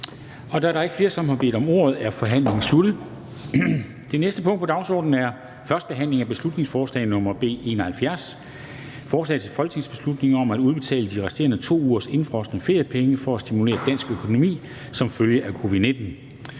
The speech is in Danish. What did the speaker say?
Da der ikke er flere, som har bedt om ordet, er forhandlingen sluttet. --- Det næste punkt på dagsordenen er: 4) 1. behandling af beslutningsforslag nr. B 71: Forslag til folketingsbeslutning om at udbetale de resterende 2 ugers indefrosne feriepenge for at stimulere dansk økonomi som følge af covid-19.